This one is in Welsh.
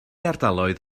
ardaloedd